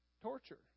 torture